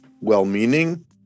well-meaning